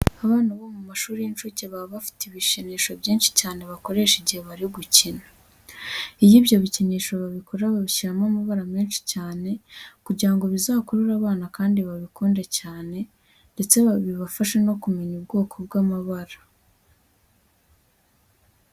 Abana bo mu mashuri y'inshuke baba bafite ibikinisho byinshi cyane bakoresha igihe bari gukina. Iyo ibyo bikinisho babikora bashyiramo amabara menshi cyane kugira ngo bizakurure abana kandi babikunde cyane ndetse bibafashe no kumenya ubwoko bw'amabara.